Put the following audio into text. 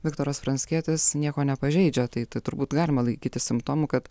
viktoras pranckietis nieko nepažeidžia tai tai turbūt galima laikyti simptomu kad